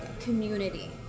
community